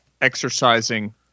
exercising